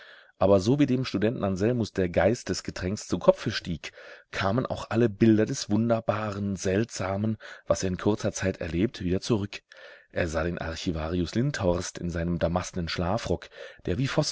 aber sowie dem studenten anselmus der geist des getränks zu kopfe stieg kamen auch alle bilder des wunderbaren seltsamen was er in kurzer zeit erlebt wieder zurück er sah den archivarius lindhorst in seinem damastnen schlafrock der wie